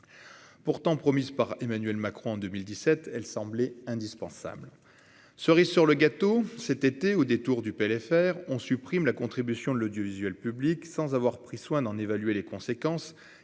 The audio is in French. pourtant promise par Emmanuel Macron en 2017, elle semblait indispensable, cerise sur le gâteau, cet été, au détour du PLFR on supprime la contribution de l'audiovisuel public, sans avoir pris soin d'en évaluer les conséquences